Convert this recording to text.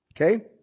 Okay